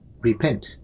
repent